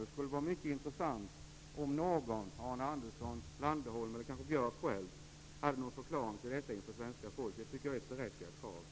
Det skulle vara mycket intressant om någon -- Arne Andersson, Landerholm eller kanske Björck själv -- hade en förklaring att ge svenska folket. Det tycker jag är ett berättigat krav.